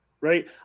right